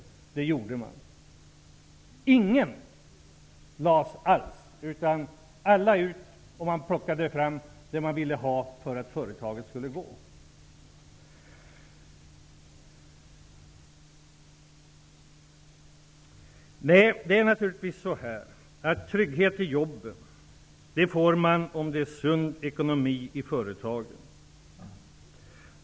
Där var det inte fråga om någon LAS alls, utan alla fick gå, och sedan plockade man de man ville ha för att företaget skulle fungera. Trygghet i jobben får man om det är sund ekonomi i företagen.